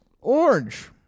orange